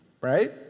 right